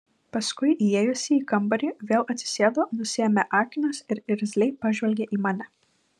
paskui įėjusi į kambarį vėl atsisėdo nusiėmė akinius ir irzliai pažvelgė į mane